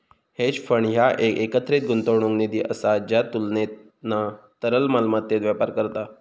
hedge fund ह्या एक एकत्रित गुंतवणूक निधी असा ज्या तुलनेना तरल मालमत्तेत व्यापार करता